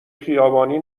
خیابانی